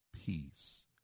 peace